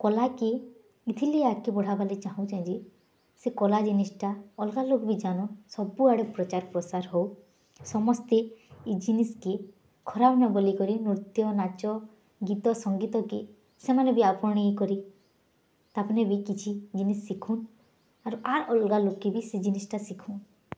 କଲାକେ ଏଥିର୍ଲାଗି ବଢ଼ାବାର୍ ଲାଗି ଚାହୁଁଚେ ଯେ ସେ କଲା ଜିନିଷ୍ଟା ଅଲ୍ଗା ଲୋକ୍ବି ଜାନ ସବୁ ଆଡ଼େ ପ୍ରଚାର ପ୍ରସାର ହଉ ସମସ୍ତେ ଇ ଜିନିଷ୍କେ ଖରାପ୍ ନ ବୋଲି କରି ନୃତ୍ୟ ନାଚ ଗୀତ ସଙ୍ଗୀତକେ ସେମାନେ ବି ଆପଣେଇ କରି ତାପ୍ନେ ବି କିଛି ଜିନିଷ୍ ଶିଖୁ ଆରୁ ଅଲ୍ଗା ଲୁକେ ବି ଶିଖୁନ୍